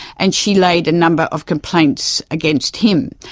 and she laid a number of complaints against him.